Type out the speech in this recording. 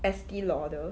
Estee Lauder